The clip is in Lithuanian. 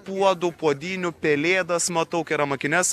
puodų puodynių pelėdas mataukeramakines